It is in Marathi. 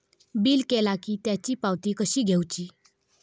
बिल केला की त्याची पावती कशी घेऊची?